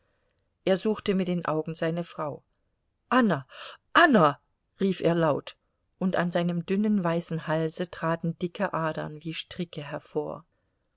er suchte mit den augen seine frau anna anna rief er laut und an seinem dünnen weißen halse traten dicke adern wie stricke hervor